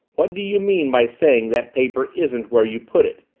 what do you mean by saying that paper isn't where you put it?